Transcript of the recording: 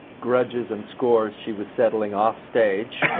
grudges and scores she was settling offstage.